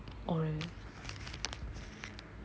oh really